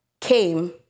came